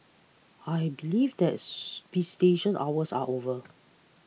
I believe that visitation hours are over